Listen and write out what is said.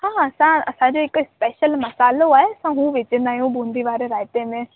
हा असां असांजो हिकु स्पेशल मसालो आहे उहो विझंदा आहियूं बूंदी वारे रायते में